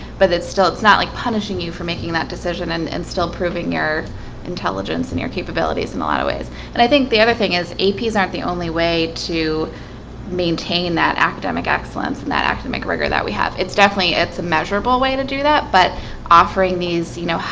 but it's still it's not like punishing you for making that decision and and still proving your intelligence and your capabilities in a lot of ways and i think the other thing is aps aren't the only way to maintain that academic excellence and that academic rigor that we have it's definitely it's a measurable way to do that but offering these, you know,